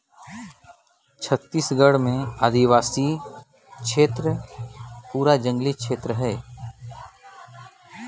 छत्तीसगढ़ कर आदिवासी छेत्र हर पूरा जंगली छेत्र हवे